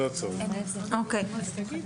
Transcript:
בסדר,